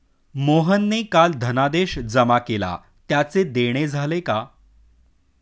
मोहनने काल धनादेश जमा केला त्याचे देणे झाले का?